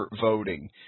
voting